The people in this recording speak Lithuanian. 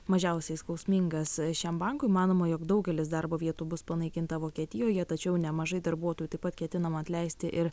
mažiausiai skausmingas šiam bankui manoma jog daugelis darbo vietų bus panaikinta vokietijoje tačiau nemažai darbuotojų taip pat ketinama atleisti ir